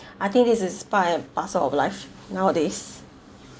I think this is part and parcel of life nowadays